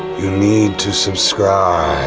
you need to subscribe.